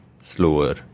slower